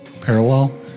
parallel